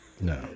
No